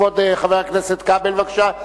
כבוד חבר הכנסת כבל, בבקשה.